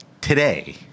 today